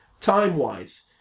time-wise